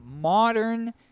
modern